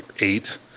eight